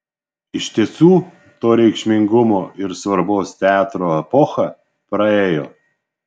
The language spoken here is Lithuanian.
iš tiesų to reikšmingumo ir svarbos teatro epocha praėjo